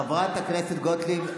חברת הכנסת גוטליב.